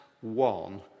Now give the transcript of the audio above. one